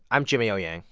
i'm jimmy o. yang,